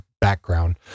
background